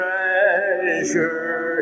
Treasure